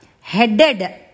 headed